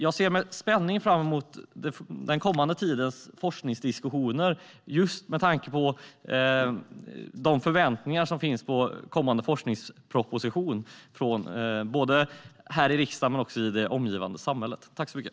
Jag ser med spänning fram emot den kommande tidens forskningsdiskussioner, just med tanke på de förväntningar som finns på den kommande forskningspropositionen - både här i riksdagen och i det omgivande samhället.